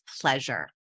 pleasure